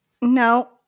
no